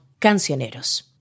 Cancioneros